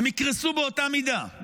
הם יקרסו באותה מידה,